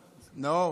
נאור,